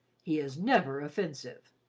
he is never offensive.